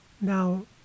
now